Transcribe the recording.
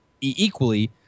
equally